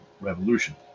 Revolution